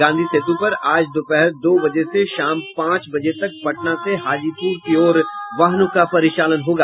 गांधी सेतु पर आज दोपहर दो बजे से शाम पांच बजे तक पटना से हाजीपुर की ओर वाहनों का परिचालन होगा